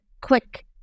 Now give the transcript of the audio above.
quick